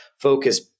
focus